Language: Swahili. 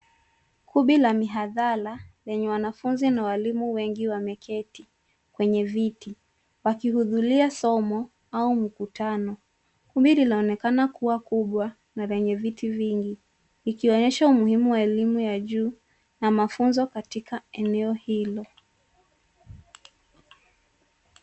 Kumbi la mihadhara lenye wanafunzi na walimu wengi wameketi kwenye viti wakihudhuria somo au mkutano. Kumbi linaonekana kuwa kubwa na lenye viti vingi ikionyesha umuhimu wa elimu ya juu na mafunzo katika eneo hilo.